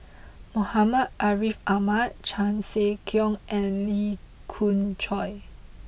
Muhammad Ariff Ahmad Chan Sek Keong and Lee Khoon Choy